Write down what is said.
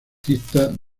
aristas